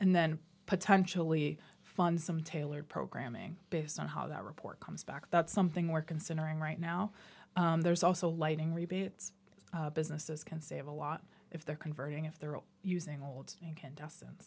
and then potentially fund some tailored programming based on how that report comes back that's something we're considering right now there's also lighting rebates businesses can save a lot if they're converting if they're using old incandescent